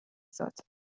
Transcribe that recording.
ذاته